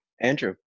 Andrew